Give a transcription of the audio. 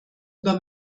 über